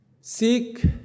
Seek